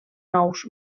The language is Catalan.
nous